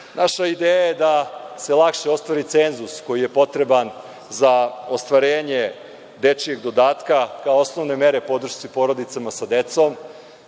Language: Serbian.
ideja je da se lakše ostvari cenzus koji je potreban za ostvarenje dečijeg dodatka, kao osnovne mere podršci porodicama sa decom.